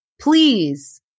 Please